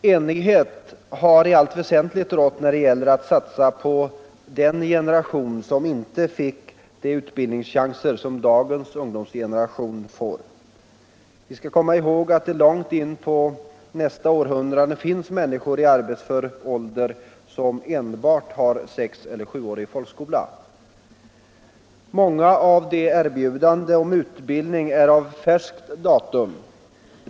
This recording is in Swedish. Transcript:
Enighet har i allt väsentligt rått när det gäller att satsa på den generation som inte fick de utbildningschanser som dagens ungdomsgeneration får. Vi skall komma ihåg att det ännu in på nästa århundrade finns människor i arbetsför ålder som enbart har sexeller sjuårig folkskola. Många erbjudanden om utbildning är av färskt datum.